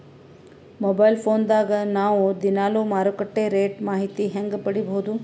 Mobile phone ದಾಗ ನಾವು ದಿನಾಲು ಮಾರುಕಟ್ಟೆ ರೇಟ್ ಮಾಹಿತಿ ಹೆಂಗ ಪಡಿಬಹುದು?